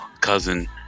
cousin